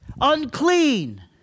Unclean